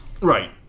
Right